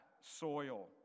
soil